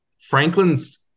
Franklin's